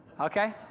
okay